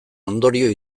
ondorio